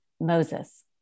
Moses